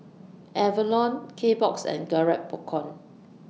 Avalon Kbox and Garrett Popcorn